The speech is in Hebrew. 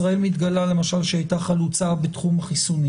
למשל מדינת ישראל מתגלה שהיא הייתה חלוצה בתחום החיסונים